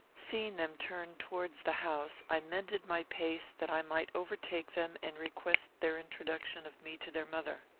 seeing them turn towards the house, i mended my pace, that i might overtake them and request their introduction of me to their mother.